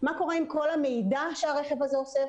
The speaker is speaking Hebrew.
מה קורה עם כל המידע שהרכב הזה אוסף,